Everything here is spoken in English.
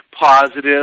positive